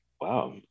Wow